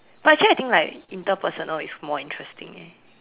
but actually I think like interpersonal is more interesting eh